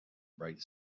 bright